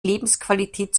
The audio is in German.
lebensqualität